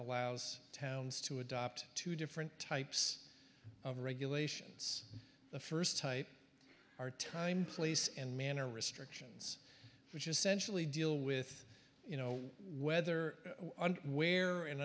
allows towns to adopt two different types of regulations the first type are time place and manner restrictions which essentially deal with you know whether and where and